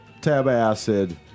Tabacid